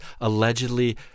allegedly